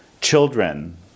children